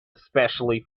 especially